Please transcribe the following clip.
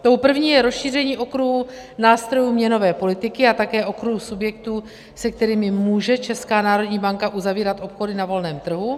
Tou první je rozšíření okruhu nástrojů měnové politiky a také okruhu subjektů, se kterými může Česká národní banka uzavírat obchody na volném trhu.